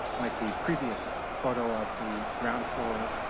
like the previous photo of the ground floor,